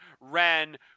ran